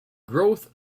growth